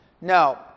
No